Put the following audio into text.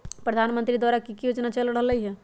प्रधानमंत्री द्वारा की की योजना चल रहलई ह?